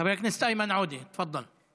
חבר הכנסת איימן עודה, תפדל.